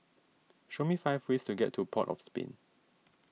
show me five ways to get to Port of Spain